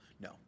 No